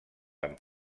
amb